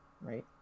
right